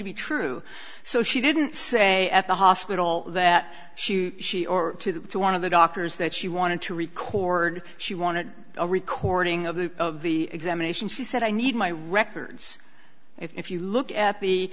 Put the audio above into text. to be true so she didn't say at the hospital that she she or two to one of the doctors that she wanted to record she wanted a recording of the examination she said i need my records if you look at the